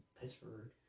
Pittsburgh